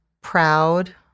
proud